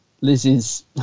Liz's